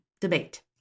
debate